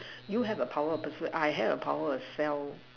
you have a power persuade I have a power as well